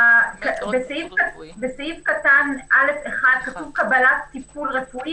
בסעיף (א)(1) כתוב "קבלת טיפול רפואי"